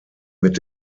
mit